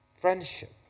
friendship